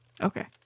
Okay